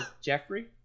Jeffrey